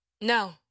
No